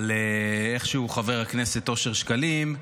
אבל איכשהו חבר הכנסת אושר שקלים,